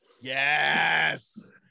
Yes